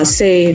say